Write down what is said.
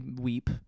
weep